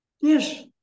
Yes